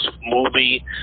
movie